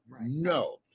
No